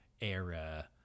era